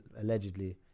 allegedly